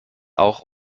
auch